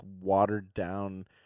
watered-down